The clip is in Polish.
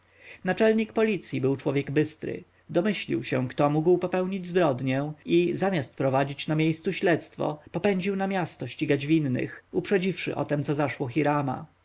naczelnik policji był człowiek bystry domyślił się kto mógł popełnić zbrodnię i zamiast prowadzić na miejscu śledztwo popędził za miasto ścigać winnych uprzedziwszy o tem co zaszło hirama